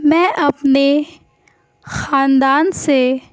میں اپنے خاندان سے